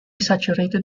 saturated